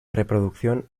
reproducción